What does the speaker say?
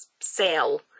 sell